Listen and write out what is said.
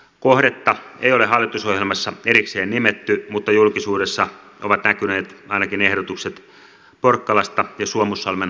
kohdetta ei ole hallitusohjelmassa erikseen nimetty mutta julkisuudessa ovat näkyneet ainakin ehdotukset porkkalasta ja suomussalmen hossasta